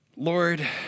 Lord